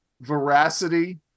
veracity